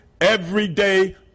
everyday